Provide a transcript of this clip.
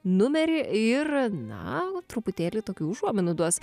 numerį ir na truputėlį tokių užuominų duos